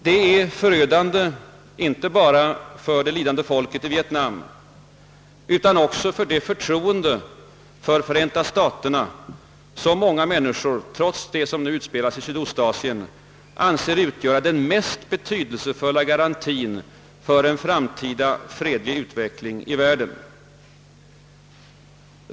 Det är förödande inte bara för det lidande folket i Vietnam utan också för det förtroende för Förenta staterna som många människor — trots det som nu utspelas i Sydostasien — anser utgöra den mest betydelsefulla garantien för en framtida fredlig utveckling i världen.